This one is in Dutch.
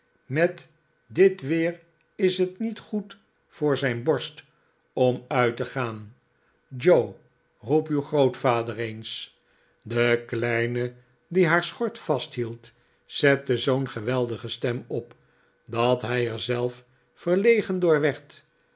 met dit weer is het niet goed voor david copper field zijn borst om uit te gaan joe roep uw grootvader eens de kleine die haar schort vasthield zette zoo'n geweldige stem op dat hij er zelf verlegen door werd